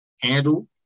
handle